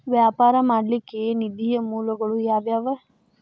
ವ್ಯಾಪಾರ ಮಾಡ್ಲಿಕ್ಕೆ ನಿಧಿಯ ಮೂಲಗಳು ಯಾವ್ಯಾವು?